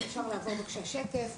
למתרחצים.